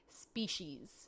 species